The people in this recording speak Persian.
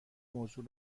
موضوع